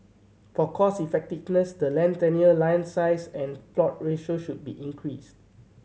for cost effectiveness the land tenure land size and plot ratio should be increased